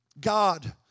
god